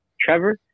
trevor